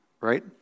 right